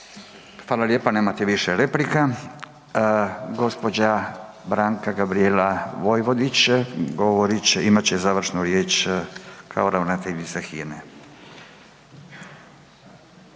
Hvala lijepa, nemate više replika. Gospođa Branka Gabrijela Vojvodić imat će završnu riječ kao ravnateljica HINA-e.